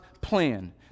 plan